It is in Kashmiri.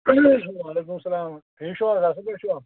وَعلیکُم سَلام ٹھیٖک چِھوٕ حظ اصٕل پٲٹھۍ چِھوا